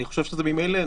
אני חושב שזה ממילא.